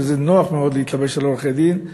וזה נוח מאוד להתלבש על עורכי-דין.